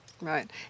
Right